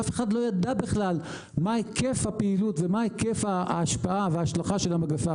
שאף אחד לא ידע בכלל מה היקף הפעילות ומה היקף ההשפעה וההשלכה של המגפה.